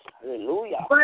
Hallelujah